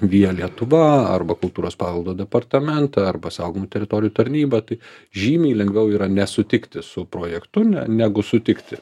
via lietuva arba kultūros paveldo departamentą arba saugomų teritorijų tarnybą tai žymiai lengviau yra nesutikti su projektu ne negu sutikti